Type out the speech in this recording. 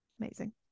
Amazing